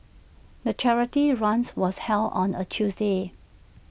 the charity runs was held on A Tuesday